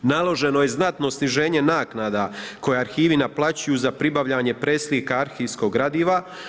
Naloženo je znatno sniženje naknada koja arhivi naplaćuju za pribavljanje preslika arhivskog gradiva.